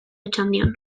otxandion